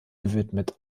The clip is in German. gewidmet